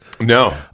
No